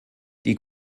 die